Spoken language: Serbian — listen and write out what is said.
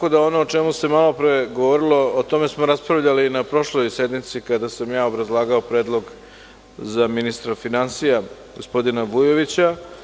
Ono o čemu se malo pre govorilo, o tome smo raspravljali na prošloj sednici, kada sam ja obrazlagao predlog za ministra finansija, gospodina Vujovića.